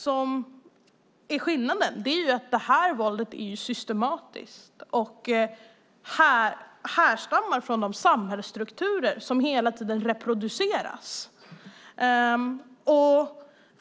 Skillnaden är att våldet mot kvinnor är systematiskt och härstammar från de samhällsstrukturer som hela tiden reproduceras.